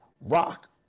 rock